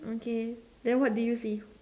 okay then what do you see